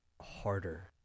harder